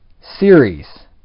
series